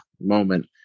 moment